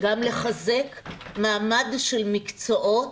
גם לחזק מעמד של מקצועות,